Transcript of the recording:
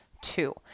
two